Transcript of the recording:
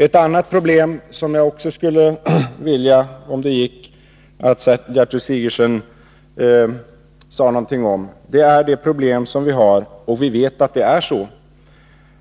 Ett annat problem, som jag skulle vilja att Gertrud Sigurdsen uttalade sig om, är